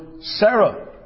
Sarah